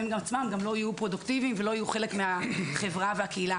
והם בעצמם גם לא יהיו פרודוקטיביים ולא יהיו חלק מהחברה והקהילה.